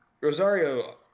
Rosario